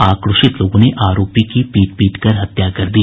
आक्रोशित लोगों ने आरोपी की पीट पीट कर हत्या कर दी